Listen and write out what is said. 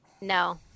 No